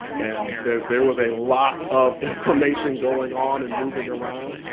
and there there was a lot of information going on and moving around.